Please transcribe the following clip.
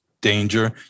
danger